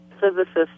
physicists